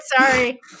Sorry